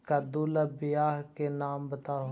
कददु ला बियाह के नाम बताहु?